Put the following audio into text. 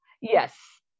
Yes